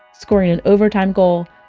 scoring an overtime goal.